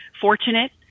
fortunate